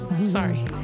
sorry